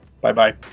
Bye-bye